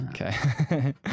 Okay